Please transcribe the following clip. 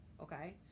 Okay